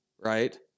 Right